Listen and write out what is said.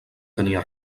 tenia